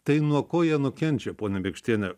tai nuo ko jie nukenčia ponia bėkštiene